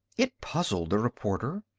it puzzled the reporter.